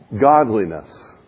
godliness